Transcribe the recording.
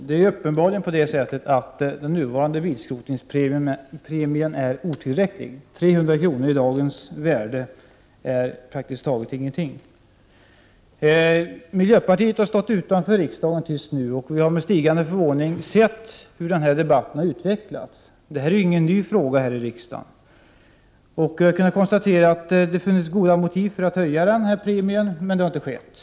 Herr talman! Den nuvarande bilskrotningspremien är uppenbarligen otillräcklig. 300 kr. i dagens värde är praktiskt taget ingenting. Miljöpartiet har stått utanför riksdagen fram till årets val. Vi i miljöpartiet har med stigande förvåning sett hur denna debatt har utvecklats. Denna fråga är inte ny i riksdagen. Det har funnits goda motiv att höja denna premie, men det har inte skett.